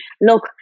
look